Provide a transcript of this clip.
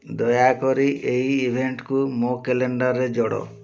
ଦୟାକରି ଏହି ଇଭେଣ୍ଟ୍କୁ ମୋ କ୍ୟାଲେଣ୍ଡର୍ରେ ଯୋଡ଼